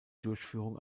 durchführung